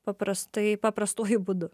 paprastai paprastuoju būdu